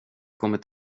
kommer